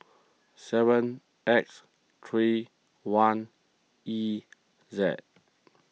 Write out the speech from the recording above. seven X three one E Z